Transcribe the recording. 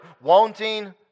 wanting